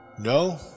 No